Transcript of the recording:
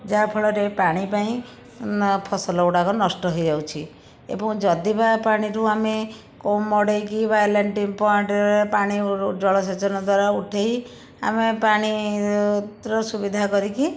ଯାହାଫଳରେ ପାଣି ପାଇଁ ନା ଫସଲ ଗୁଡ଼ାକ ନଷ୍ଟ ହେଇଯାଉଛି ଏବଂ ଯଦି ବା ପାଣିରୁ ଆମେ କୋଉ ମଡ଼େଇକି ବା ଲ୍ୟାଣ୍ଡିଂ ପଏଣ୍ଟରେ ପାଣି ଜଳସେଚନ ଦ୍ୱାରା ଉଠେଇ ଆମେ ପାଣିର ସୁବିଧା କରିକି